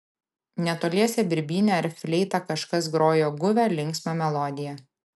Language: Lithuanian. netoliese birbyne ar fleita kažkas grojo guvią linksmą melodiją